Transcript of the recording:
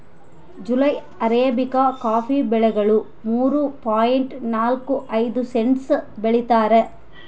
July arabica coffee ಬೆಲೆಗಳು ಮೂರು point ನಾಲ್ಕು ಐದು ಸೆಂಟ್ಸ್ ಬೆಳೀತಾರ